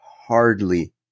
hardly